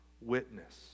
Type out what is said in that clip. witness